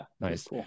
Nice